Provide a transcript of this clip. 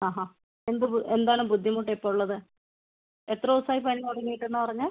എന്ത് എന്താണ് ബുദ്ധിമുട്ട് ഇപ്പോഴുള്ളത് എത്ര ദിവസമായി പനി തുടങ്ങിയിട്ടെന്നാ പറഞ്ഞത്